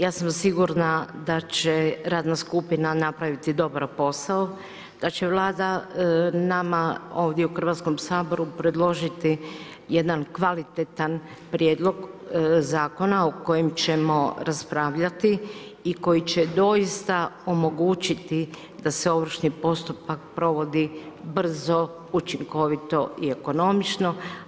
Ja sam sigurna da će radna skupina napraviti dobar posao, da će Vlada nama ovdje u Hrvatskom saboru predložiti jedan kvalitetan prijedlog zakona o kojem ćemo raspravljati i koji će doista omogućiti da se ovršni postupak provodi brzo, učinkovito i ekonomično.